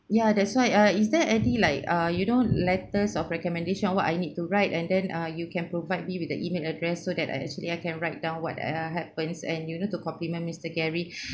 ya that's why uh is there any like uh you know letters of recommendation or what I need to write and then uh you can provide me with the email address so that I actually I can write down what are happens and you know to compliment mister gary